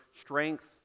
strength